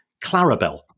Clarabelle